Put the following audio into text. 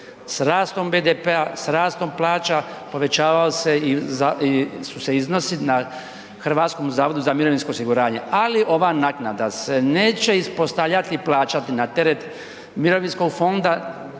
S rastom BDP-a, s rastom plaća povećavao se i, su se iznosi na HZMO-u. Ali ova naknada se neće ispostavljati i plaćati na teret mirovinskog fonda